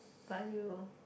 by you